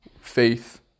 faith